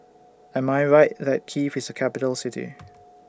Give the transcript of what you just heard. Am I Right that Kiev IS A Capital City